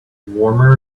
warmer